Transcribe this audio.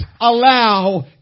allow